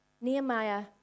Nehemiah